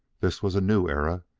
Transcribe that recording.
this was a new era,